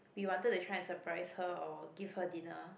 we wanted to try and surprise her or give her dinner